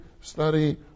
study